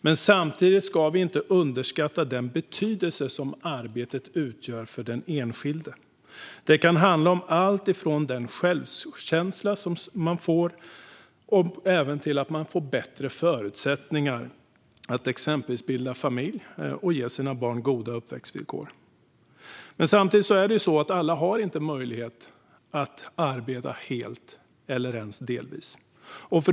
Men samtidigt ska vi inte underskatta den betydelse som arbetet utgör för den enskilde. Det kan handla om allt från den självkänsla som man får till att man får bättre förutsättningar att exempelvis bilda familj och ge sina barn goda uppväxtvillkor. Men alla har inte möjlighet att arbeta helt eller ens delvis.